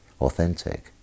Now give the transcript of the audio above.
authentic